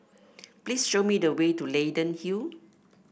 please show me the way to Leyden Hill